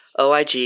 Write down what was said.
OIG